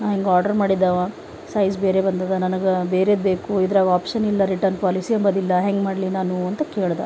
ಹಿಂಗ ಆರ್ಡರ್ ಮಾಡಿದವ ಸೈಜ್ ಬೇರೆ ಬಂದದ ನನಗ ಬೇರೆದು ಬೇಕು ಇದ್ರಾಗ ಆಪ್ಶನ್ ಇಲ್ಲ ರಿಟರ್ನ್ ಪಾಲಿಸಿ ಎಂಬದಿಲ್ಲ ಹೆಂಗ ಮಾಡಲಿ ನಾನು ಅಂತ ಕೇಳದ